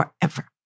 forever